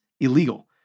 illegal